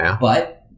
but-